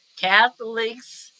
Catholics